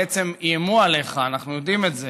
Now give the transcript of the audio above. בעצם איימו עליך, אנחנו יודעים את זה.